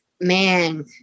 man